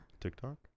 TikTok